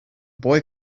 boy